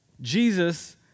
Jesus